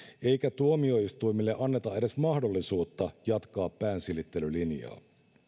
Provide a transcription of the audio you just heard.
eikä tuomioistuimille anneta edes mahdollisuutta jatkaa päänsilittelylinjaa